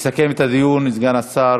יסכם את הדיון סגן השר